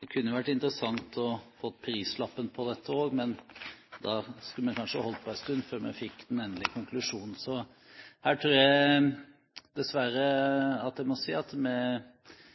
Det kunne vært interessant å få prislappen på dette også, men da skulle vi kanskje holdt på en stund før vi fikk den endelige konklusjonen. Så her tror jeg dessverre jeg må si at vi